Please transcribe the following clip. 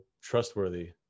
trustworthy